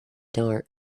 dark